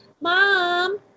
mom